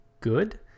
good